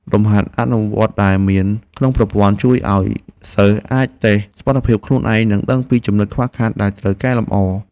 លំហាត់អនុវត្តដែលមានក្នុងប្រព័ន្ធជួយឱ្យសិស្សអាចតេស្តសមត្ថភាពខ្លួនឯង និងដឹងពីចំណុចខ្វះខាតដែលត្រូវកែលម្អ។